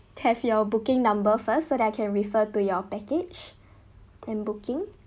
have your booking number first so that I can refer to your package and booking